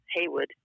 Haywood